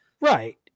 Right